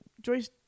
joyce